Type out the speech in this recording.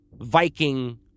Viking